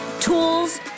tools